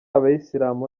abayisilamu